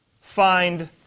find